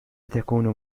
تكون